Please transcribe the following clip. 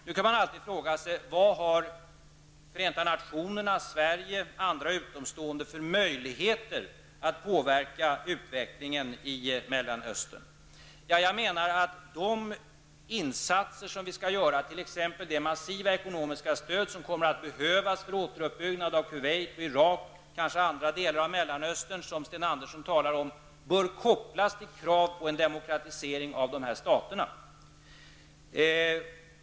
Nu kan man alltid fråga sig vilka möjligheter Förenta nationerna, Sverige eller andra utomstående har att påverka utvecklingen i Mellanöstern. Jag menar att de insatser vi skall göra, t.ex. det massiva ekonomiska stöd som kommer att behövas för återuppbyggnad av Kuwait, Irak och kanske andra delar av Mellanöstern som Sten Andersson talar om, bör kopplas till krav på en demokratisering av dessa stater.